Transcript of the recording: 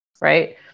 Right